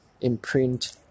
imprint